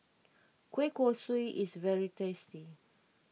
Kueh Kosui is very tasty